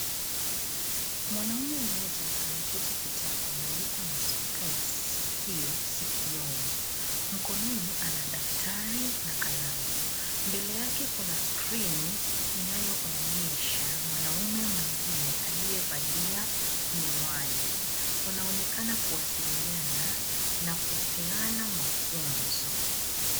Mwanaume mmoja ameketi kitako na yuko na spika ya sikio sikioni. Mkononi ana daftari na kalamu. Mbele yake kuna skrini inayoonyesha mwanaume mwingine aliyevalia miwani. Wanaonekana kuwasiliana na kupeana mafunzo.